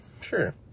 Sure